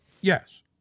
yes